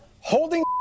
holding